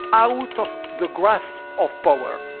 out of the grasp of power.